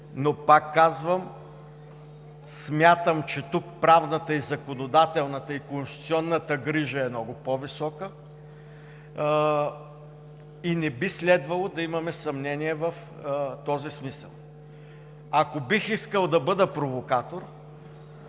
Но пак казвам, смятам, че тук правдата и законодателната, и конституционната грижа е много по-висока и не би следвало да имаме съмнения в този смисъл. Ако бих искал да бъда провокатор,